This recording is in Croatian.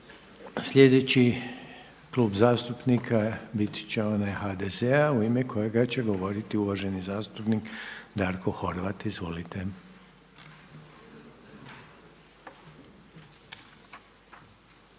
Sljedeći Klub zastupnika biti će onaj HDZ-a u ime kojega će govoriti uvaženi zastupnik Darko Horvat. Izvolite.